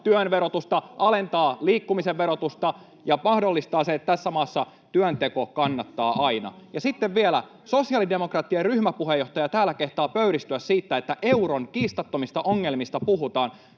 työn verotusta, alentaa liikkumisen verotusta ja mahdollistaa sen, että tässä maassa työnteko kannattaa aina. Ja sitten vielä sosiaalidemokraattien ryhmäpuheenjohtaja täällä kehtaa pöyristyä siitä, että euron kiistattomista ongelmista puhutaan